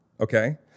Okay